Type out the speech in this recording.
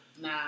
Nah